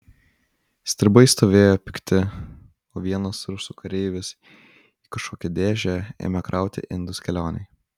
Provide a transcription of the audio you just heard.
stribai stovėjo pikti o vienas rusų kareivis į kažkokią dėžę ėmė krauti indus kelionei